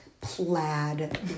plaid